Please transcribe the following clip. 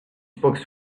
spoke